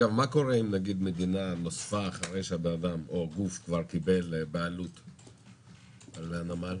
מה קורה אם המדינה נוספה אחרי שהאדם או הגוף כבר קיבל בעלות על הנמל?